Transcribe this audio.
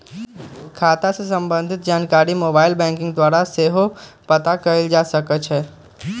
खता से संबंधित जानकारी मोबाइल बैंकिंग द्वारा सेहो प्राप्त कएल जा सकइ छै